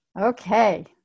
Okay